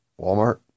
Walmart